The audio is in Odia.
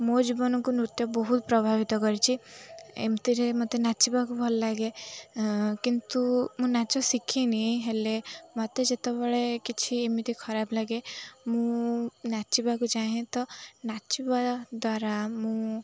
ମୋ ଜୀବନକୁ ନୃତ୍ୟ ବହୁତ ପ୍ରଭାବିତ କରିଛି ଏମିତିରେ ମୋତେ ନାଚିବାକୁ ଭଲ ଲାଗେ କିନ୍ତୁ ମୁଁ ନାଚ ଶିଖିନି ହେଲେ ମୋତେ ଯେତେବେଳେ କିଛି ଏମିତି ଖରାପ୍ ଲାଗେ ମୁଁ ନାଚିବାକୁ ଚାହେଁ ତ ନାଚିବା ଦ୍ୱାରା ମୁଁ